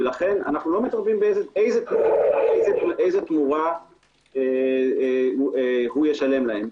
ולכן אנו לא מתערבים באיזו תמורה הוא ישלם להם.